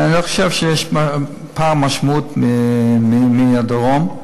אני לא חושב שיש פער משמעותי ביחס לדרום.